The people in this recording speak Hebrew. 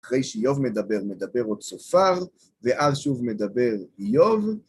אחרי שאיוב מדבר, מדבר עוד צופר, ואז שוב מדבר איוב.